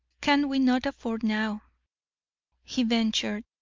can we not afford now he ventured,